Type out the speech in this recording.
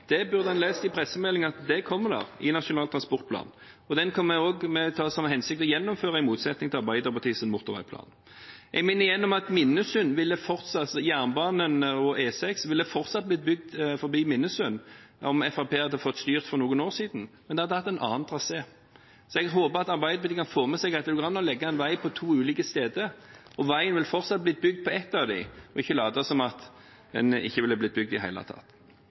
det en motorveiplan? En burde lest i pressemeldingen at den kommer i Nasjonal transportplan. Og den har vi til hensikt å gjennomføre, i motsetning til Arbeiderpartiets motorveiplan. Jeg minner igjen om at jernbanen og E6 fortsatt ville blitt bygd forbi Minnesund om Fremskrittspartiet hadde fått styrt for noen år siden, men det hadde hatt en annen trasé. Så jeg håper at Arbeiderpartiet kan få med seg at det går an å legge en vei på to ulike steder, og veien ville fortsatt blitt bygd på ett av dem – og ikke late som om den ikke ville blitt bygd i hele tatt.